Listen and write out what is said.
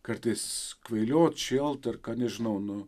kartais kvailiot šėlt ir ką nežinau nu